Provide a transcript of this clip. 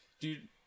Dude